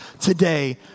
today